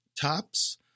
tops –